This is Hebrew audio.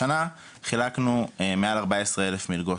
השנה חילקנו מעל ארבע-עשרה אלף מלגות.